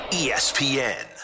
espn